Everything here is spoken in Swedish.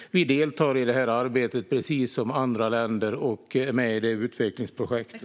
Vi deltar i arbetet precis som andra länder och är med i utvecklingsprojektet.